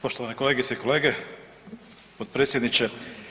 Poštovane kolegice i kolege, potpredsjedniče.